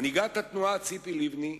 מנהיגת התנועה, ציפי לבני,